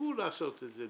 תפסיקו לעשות את זה.